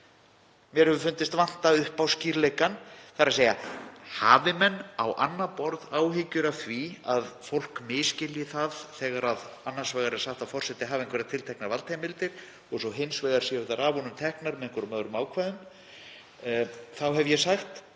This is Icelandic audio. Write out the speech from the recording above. Mér hefur fundist vanta upp á skýrleikann. Hafi menn á annað borð áhyggjur af því að fólk misskilji það þegar annars vegar er sagt að forseti hafi einhverjar tilteknar valdheimildir og svo hins vegar séu þær af honum teknar með einhverjum öðrum ákvæðum þá hef ég sagt